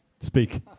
Speak